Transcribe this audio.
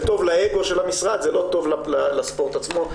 זה טוב לאגו של המשרד, זה לא טוב לספורט עצמו.